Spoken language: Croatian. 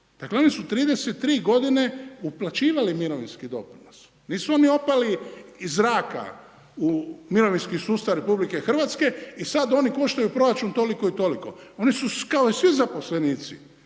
Dakle, oni su 33 godine uplaćivali mirovinski doprinos, nisu oni opali iz zraka u mirovinski sustav Republike Hrvatske i sad oni koštaju proračun toliko i toliko. Oni su kao i svi zaposlenici,